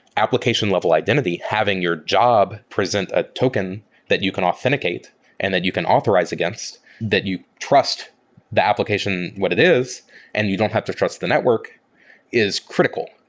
application level identity, having your job present a token that you can authenticate and that you can authorize against that you trust the application what it is and you don't have to trust the network is critical,